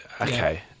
okay